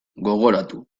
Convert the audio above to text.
gogoratu